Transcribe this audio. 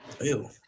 Ew